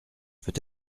peut